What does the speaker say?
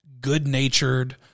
good-natured